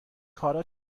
کارا